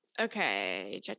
Okay